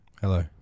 Hello